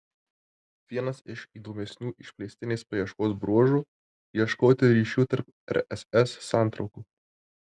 vienas iš įdomesnių išplėstinės paieškos bruožų ieškoti ryšių tarp rss santraukų